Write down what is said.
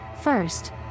First